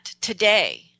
today